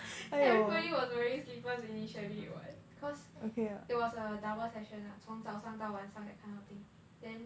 everybody was wearing slippers initially [what] cause it was a double session ah 从早上到晚上 that kind of thing then